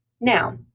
now